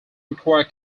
require